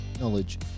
knowledge